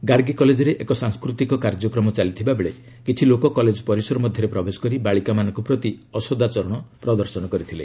ଗାର୍ଗି କଲେକ୍ରେ ଏକ ସାଂସ୍କୃତିକ କାର୍ଯ୍ୟକ୍ରମ ଚାଲିଥିଲା ବେଳେ କିଛି ଲୋକ କଲେଜ୍ ପରିସର ମଧ୍ୟରେ ପ୍ରବେଶ କରି ବାଳିକାମାନଙ୍କ ପ୍ରତି ଅସଦାଚରଣ ପ୍ରଦର୍ଶନ କରିଥିଲେ